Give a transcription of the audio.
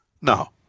Now